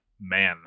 man